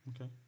Okay